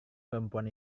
perempuan